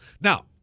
Now